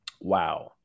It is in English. wow